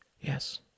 yes